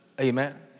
Amen